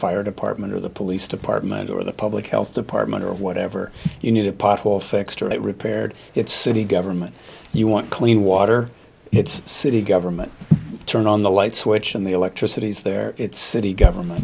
fire department or the police department or the public health department or whatever you need a pothole fixed or it repaired it's city government you want clean water it's city government turn on the light switch and the electricity is there it's city government